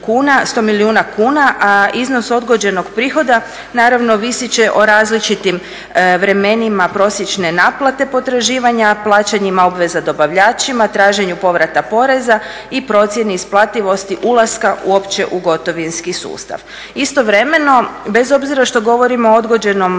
kuna, a iznos odgođenog prihoda naravno ovisit će o različitim vremenima prosječne naplate potraživanja, a plaćanjima obveza dobavljačima, traženju povrata poreza i procjeni isplativosti ulaska uopće u gotovinski sustav. Istovremeno bez obzira što govorimo o odgođenom